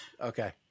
Okay